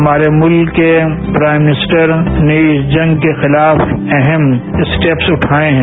हमारे मुल्क के प्राइम मिनिस्टर ने इस जंग के खिलाफ अहम स्टेप्स उगए हैं